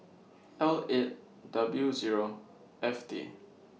L eight W Zero F T